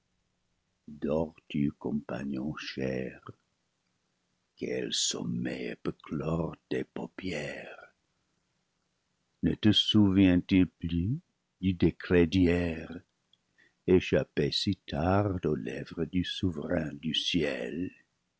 dors tu compagnon cher quel sommeil peut clore tes paupières ne te souvient-il plus du décret d'hier échappé si tard aux lèvres du souverain du ciel